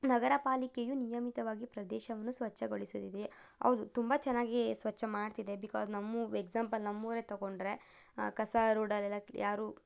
ನಗರ ಪಾಲಿಕೆಯು ನಿಯಮಿತವಾಗಿ ಪ್ರದೇಶವನ್ನು ಸ್ವಚ್ಛಗೊಳಿಸುತ್ತಿದೆಯೇ ಹೌದು ತುಂಬ ಚೆನ್ನಾಗಿಯೇ ಸ್ವಚ್ಛ ಮಾಡ್ತಿದೆ ಬಿಕಾಸ್ ನಮ್ಮೂ ಎಕ್ಸಾಂಪಲ್ ನಮ್ಮೂರೆ ತಗೊಂಡ್ರೆ ಕಸ ರೋಡಲ್ಲೆಲ್ಲ ಯಾರೂ